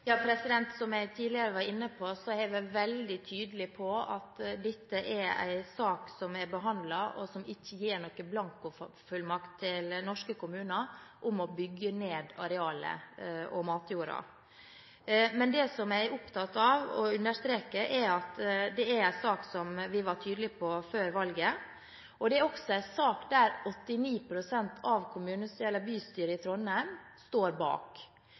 Som jeg tidligere var inne på, har jeg vært veldig tydelig på at dette er en sak som er behandlet, og som ikke gir noen blankofullmakt til norske kommuner til å bygge ned arealet og matjorden. Men det jeg er opptatt av og understreker, er at dette er en sak vi var tydelige på før valget, og det er også en sak som 89 pst. av bystyret i Trondheim står bak.